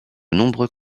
nombreux